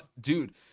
dude